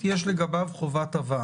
כי יש לכם חשש ממשי שהוא נדבק